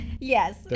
Yes